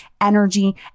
energy